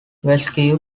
vasquez